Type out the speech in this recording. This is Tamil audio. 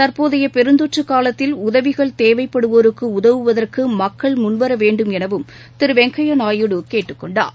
தற்போதைய பெருந்தொற்று காலத்தில் உதவிகள் தேவைப்படுவோருக்கு உதவுவதற்கு மக்கள் முன்வர வேண்டும் எனவும் திரு வெங்கய்ய நாயுடு கேட்டுக் கொண்டார்